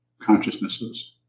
consciousnesses